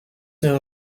tient